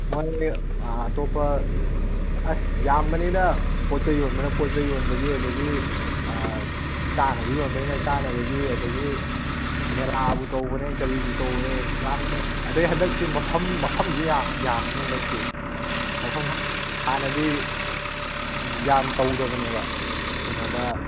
ꯃꯣꯏ ꯑꯇꯣꯞꯄ ꯑꯁ ꯌꯥꯝꯕꯅꯤꯗ ꯄꯣꯠꯆꯩ ꯌꯣꯟꯕꯅ ꯄꯣꯠꯆꯩ ꯌꯣꯟꯕꯒꯤ ꯑꯗꯒꯤ ꯆꯥꯅꯕꯩ ꯌꯣꯟꯕꯩꯅ ꯆꯥꯅꯕꯒꯤ ꯑꯗꯒꯤ ꯃꯦꯂꯥꯕꯨ ꯇꯧꯕꯅꯦ ꯀꯔꯤꯕꯨ ꯇꯧꯕꯅꯦ ꯌꯥꯝꯕꯅꯦ ꯑꯗꯩ ꯍꯟꯗꯛꯁꯦ ꯃꯐꯝ ꯃꯐꯝꯁꯦ ꯌꯥꯝ ꯌꯥꯝꯃꯅꯤ ꯍꯟꯗꯛꯇꯤ ꯃꯐꯝ ꯍꯥꯟꯅꯗꯤ ꯌꯥꯝ ꯇꯧꯗꯕꯅꯦꯕ ꯀꯩꯅꯣꯗ